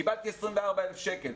קיבלתי 24,000 שקל.